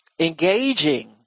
engaging